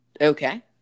Okay